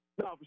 No